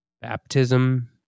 baptism